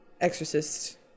Exorcist